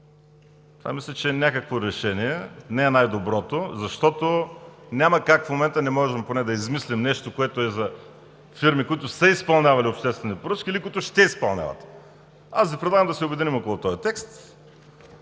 Това мисля, че е някакво решение. Не е най-доброто, защото няма как, в момента поне не можем да измислим нещо, което е за фирми, изпълнявали обществени поръчки или които ще изпълняват. Предлагам Ви да се обединим, около този текст.